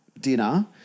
dinner